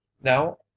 Now